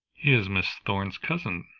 is miss thorn's cousin.